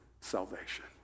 salvation